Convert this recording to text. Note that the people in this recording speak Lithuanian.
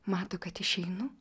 mato kad išeinu